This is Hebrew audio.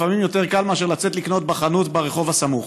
לפעמים יותר קל מאשר לצאת לקנות בחנות ברחוב הסמוך.